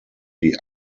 die